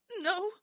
No